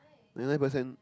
ninety nine percent